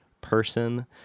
person